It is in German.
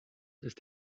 ist